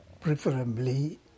preferably